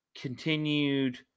continued